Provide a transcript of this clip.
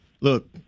Look